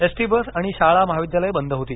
S T bus आणि शाळा महाविद्यालयं बंद होती